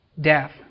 death